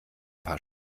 paar